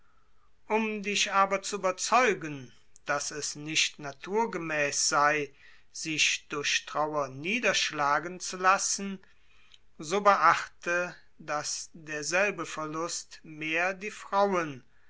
um dich aber zu überzeugen daß es nicht naturgemäß sei sich durch trauer niederschlagen zu lassen derselbe verlust mehr die frauen